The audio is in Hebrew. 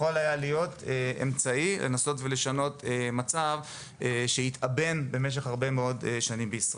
היה להיות אמצעי לנסות לשנות מצב שהתאבן במשך הרבה מאוד שנים בישראל.